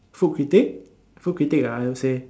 food critic food critic ah I would say